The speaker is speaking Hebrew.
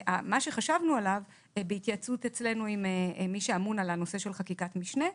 מה שחשבנו עליו בהתייעצות אצלנו עם מי שאמון על הנושא של חקיקת משנה,